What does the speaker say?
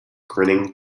grinning